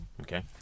Okay